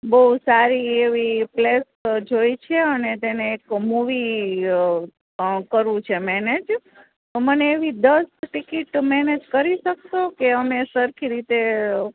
બોઉ સારી એવી પ્લેસ જોઈ છે અને તેને એક મુવી કરવું છે મેનેજ તો મને એવી દશ ટીકીટ મેનેજ કરી શકશો કે અમે સરખી રીતે